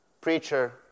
preacher